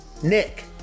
Nick